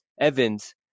Evans